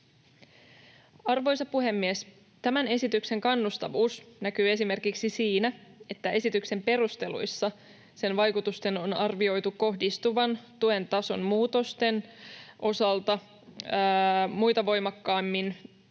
Arvoisa puhemies! Tämän esityksen kannustavuus näkyy esimerkiksi siinä, että esityksen perusteluissa sen vaikutusten on arvioitu kohdistuvan tuen tason muutosten osalta muita voimakkaammin